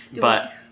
But-